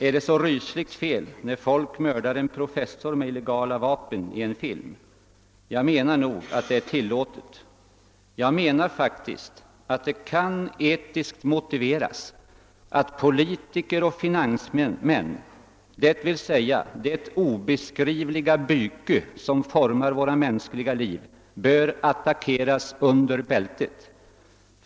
Är det så rysligt fel när folk mördar en professor med illegala vapen i en film? Jag menar nog att det är tillåtet. Jag menar faktiskt att det kan etiskt motiveras att politiker och finansmän, d. v. s. det obeskrivliga byke som formar våra mänskliga liv, bör attackeras under bältet.